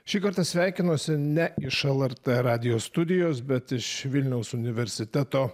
šį kartą sveikinosi ne iš lrt radijo studijos bet iš vilniaus universiteto